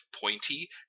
pointy